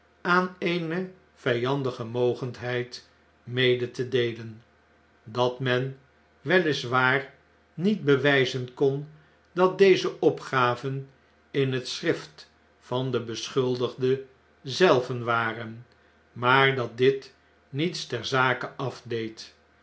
aan eene vijandige mogendheid mede te deelen dat men wel is waar niet bewjjzen kon dat deze opgaven in het schrift van den beschuldigde zelven waren maar dat dit niets ter zake afdeed